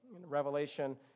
Revelation